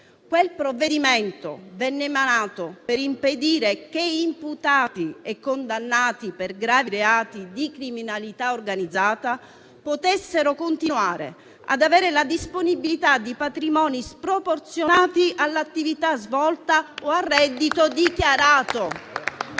Quel provvedimento venne emanato per impedire che imputati e condannati per gravi reati di criminalità organizzata potessero continuare ad avere la disponibilità di patrimoni sproporzionati all'attività svolta o al reddito dichiarato